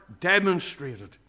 demonstrated